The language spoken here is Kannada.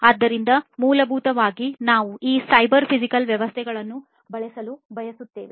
ಆದ್ದರಿಂದ ಮೂಲಭೂತವಾಗಿ ನಾವು ಈ ಸೈಬರ್ ಫಿಸಿಕಲ್ ವ್ಯವಸ್ಥೆಗಳನ್ನು ಬಳಸಲು ಬಯಸುತ್ತೇವೆ